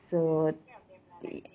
so ye~